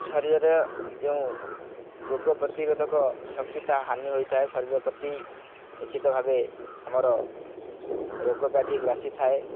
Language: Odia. ଶରୀରର ଯେଉଁ ରୋଗ ପ୍ରତିରୋଧକ ଶକ୍ତି ତା ହାନି ହୋଇଥାଏ ଶରୀର ପ୍ରତି ନିଶ୍ଚିତ ଭାବେ ଆମର ରୋଗ ବ୍ୟାଧି ଗ୍ରାସୀଥାଏ